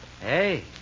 Hey